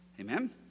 Amen